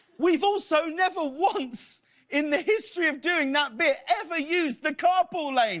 we've also never once in the history of doing that bit ever used the carpool and